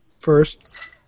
first